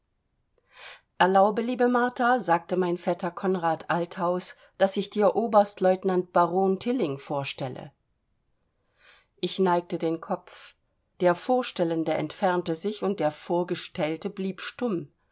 erlaube liebe martha sagte mein vetter konrad althaus daß ich dir oberstlieutenant baron tilling vorstelle ich neigte den kopf der vorstellende entfernte sich und der vorgestellte blieb stumm